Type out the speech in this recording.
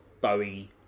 Bowie